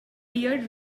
bear